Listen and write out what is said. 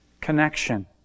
Connection